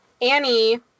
Annie